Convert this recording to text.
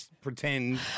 pretend